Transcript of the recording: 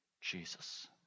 Jesus